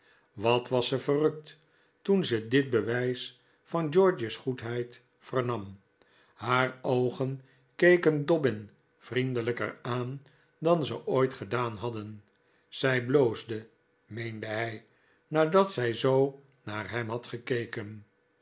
wat was ze verrukt toen ze dit bewijs van george's goedheid vernam haar oogen keken dobbin vriendelijker aan dan ze ooit gedaan hadden zij bloosde meende hij nadat zij zoo naar hem had gekeken